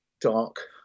dark